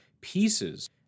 pieces